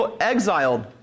exiled